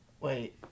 Wait